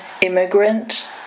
immigrant